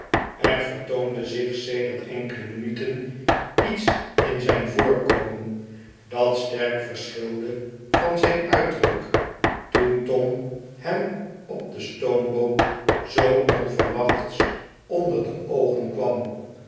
er vertoonde zich sedert enkele minuten iets in zijn voorkomen dat sterk verschilde van zijn uiterlijk toen tom hem op de stoomboot zoo onverwachts onder de oogen kwam